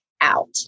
out